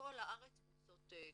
בכל הארץ פרושות קבוצות.